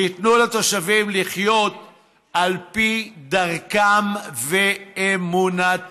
ייתנו לתושבים לחיות על פי דרכם ואמונתם.